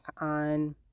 on